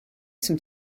some